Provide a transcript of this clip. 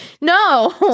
No